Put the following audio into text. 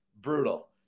Brutal